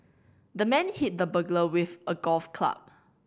the man hit the burglar with a golf club